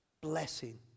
blessing